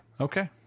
Okay